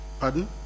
pardon